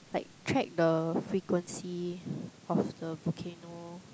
like track the frequency of the volcano